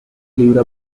libro